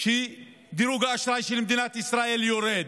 שבה דירוג האשראי של מדינת ישראל יורד.